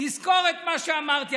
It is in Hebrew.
תזכור מה שאמרתי.